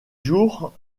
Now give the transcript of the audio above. jours